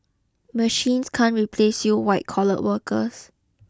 machines can't replace you white collar workers